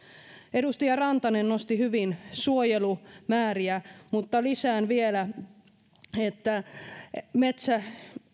edustaja rantanen nosti hyvin suojelumääriä mutta lisään vielä että metsä